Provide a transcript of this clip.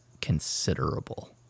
considerable